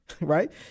Right